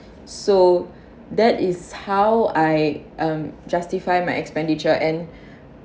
so that is how I um justify my expenditure and